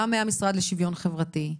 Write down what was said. מהמשרד לשיווין חברתי,